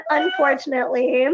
unfortunately